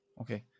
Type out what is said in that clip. Okay